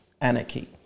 anarchy